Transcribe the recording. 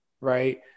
right